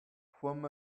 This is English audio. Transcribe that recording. from